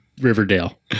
Riverdale